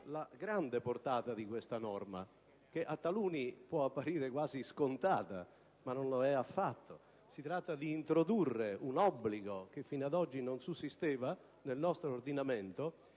la grande portata di questa norma, che a taluni può apparire quasi scontata, ma non lo è affatto. Si tratta di introdurre un obbligo che fino ad oggi non sussisteva nel nostro ordinamento,